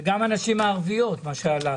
גם נושא הנשים הערביות שעלה כאן.